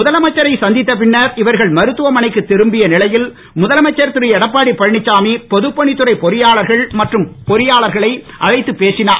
முதலமைச்சரை சந்தித்த பின்னர் இவர்கள் முத்துவமனைக்கு திரும்பிய நிலையில் முதலமைச்சர் திரு எடப்பாடி பழனிச்சாமி பொதுப்பணித்துறை பொறியாளர்கள் மற்றும் பொறியாளர்களை அழைத்துப் பேசினார்